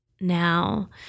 now